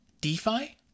DeFi